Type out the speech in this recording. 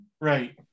Right